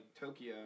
Tokyo